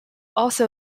also